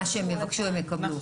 מה שהם יבקשו, הם יקבלו.